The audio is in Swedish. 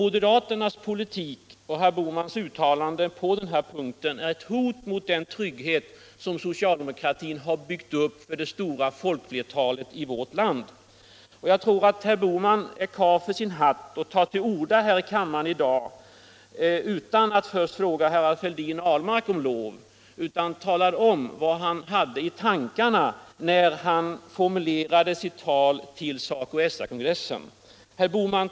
Moderaternas politik och herr Bohmans uttalande på denna punkt är ett hot mot den trygghet som socialdemokratin har byggt upp för det stora folkflertalet i vårt land. Jag tror att herr Bohman är karl för sin hatt och kan ta till orda här i kammaren i dag utan att först fråga herrar Fälldin och Ahlmark om lov för att tala om vad han hade i tankarna, när han formulerade sitt tal till SACO/SR-kongressen. Herr Bohman!